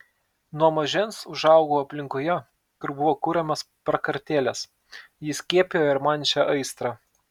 nuo mažens užaugau aplinkoje kur buvo kuriamos prakartėlės ji įskiepijo ir man šią aistrą